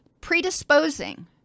Predisposing